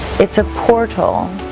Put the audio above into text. it's a portal